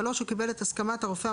אני לא